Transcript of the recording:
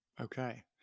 Okay